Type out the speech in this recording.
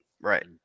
Right